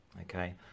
okay